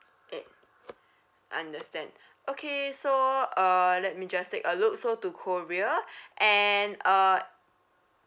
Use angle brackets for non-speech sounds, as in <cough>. eh <breath> understand okay so uh let me just take a look so to korea <breath> and uh